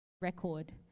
record